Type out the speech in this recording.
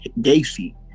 Gacy